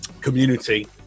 community